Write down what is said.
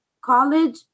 college